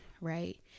right